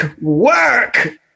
Work